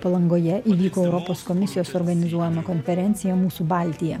palangoje įvyko europos komisijos organizuojama konferencija mūsų baltija